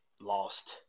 lost